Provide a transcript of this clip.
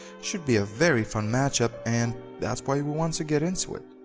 should be a very fun matchup and that's why we want to get into it!